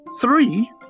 three